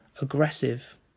aggressive